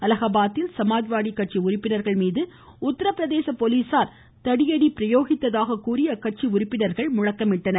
அலகாபாத்தில் சமாஜ்வாதி கட்சி உறுப்பினர்கள் மீது உத்திரபிரதேச போலீசார் தடியடி பிரயோகித்தாக கூறி அக்கட்சி உறுப்பினர்கள் முழக்கமிட்டனர்